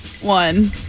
One